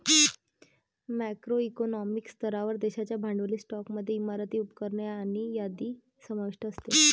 macro economic स्तरावर, देशाच्या भांडवली स्टॉकमध्ये इमारती, उपकरणे आणि यादी समाविष्ट असते